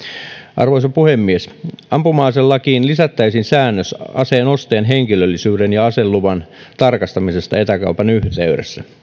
arvoisa puhemies ampuma aselakiin lisättäisiin säännös aseen ostajan henkilöllisyyden ja aseluvan tarkastamisesta etäkaupan yhteydessä